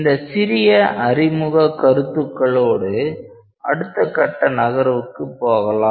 இந்த சிறிய அறிமுக கருத்துக்களோடு அடுத்த கட்ட நகர்வுக்கு போகலாம்